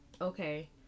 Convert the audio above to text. okay